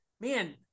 Man